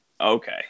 Okay